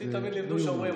זה לא ייאמן.